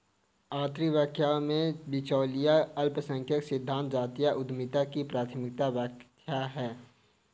आर्थिक व्याख्याओं में, बिचौलिया अल्पसंख्यक सिद्धांत जातीय उद्यमिता की प्राथमिक व्याख्या है